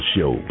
Show